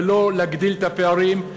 ולא להגדיל את הפערים,